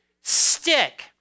stick